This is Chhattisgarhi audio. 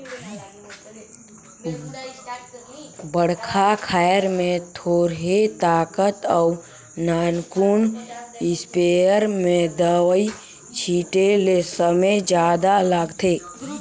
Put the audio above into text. बड़खा खायर में थोरहें ताकत अउ नानकुन इस्पेयर में दवई छिटे ले समे जादा लागथे